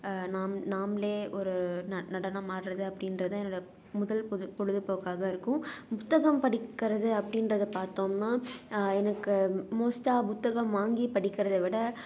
நா நாம்ளே ஒரு ந நடனம் ஆடுறது அப்படின்றதும் எனக்கு முதல் பொது பொழுது போக்காக இருக்கும் புத்தகம் படிக்கிறது அப்படின்றத பார்த்தோம்னா எனக்கு மோஸ்ட்டாக புத்தகம் வாங்கி படிக்கிறதை விட